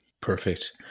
perfect